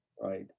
right